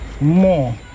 more